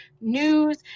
news